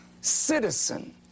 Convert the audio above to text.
citizen